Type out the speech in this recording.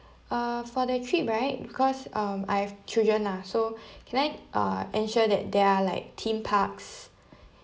uh for that trip right because um I have children ah so can I uh ensure that there are like theme parks